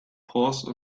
pause